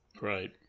Right